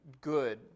good